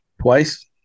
Twice